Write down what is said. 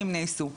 אם נעשו.